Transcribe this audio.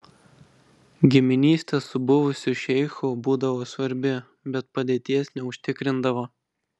giminystė su buvusiu šeichu būdavo svarbi bet padėties neužtikrindavo